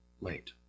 late